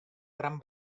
gran